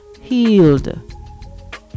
healed